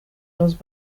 los